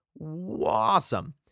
Awesome